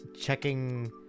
checking